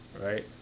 right